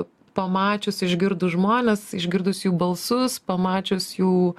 pamačius išgirdus žmones išgirdus jų balsus pamačius jų